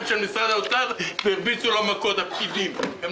של משרד האוצר והפקידים הרביצו לו מכות.